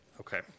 okay